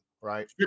right